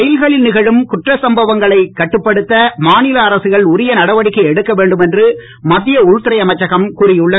ரயில்களில் நிகழும் குற்றச் சம்பவங்களைக் கட்டுப்படுத்த மாநில அரசுகள் உரிய நடவடிக்கை எடுக்கவேண்டும் என்று மத்திய உள்துறை அமைச்சகம் கூறியுள்ளது